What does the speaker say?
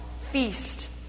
feast